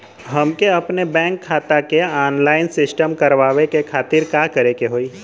हमके अपने बैंक खाता के ऑनलाइन सिस्टम करवावे के खातिर का करे के होई?